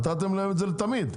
נתתם להם את זה לתמיד.